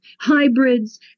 hybrids